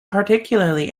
particularly